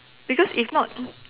because if not